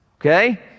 Okay